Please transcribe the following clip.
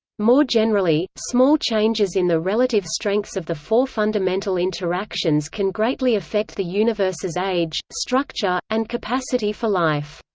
more generally, small changes in the relative strengths of the four fundamental interactions can greatly affect the universe's age, structure, and capacity for life.